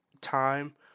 time